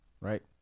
right